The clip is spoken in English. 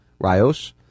Rios